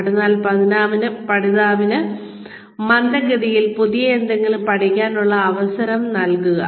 അതിനാൽ പഠിതാവിന് മന്ദഗതിയിൽ പുതിയ എന്തെങ്കിലും പഠിക്കാനുള്ള അവസരം നൽകുക